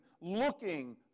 looking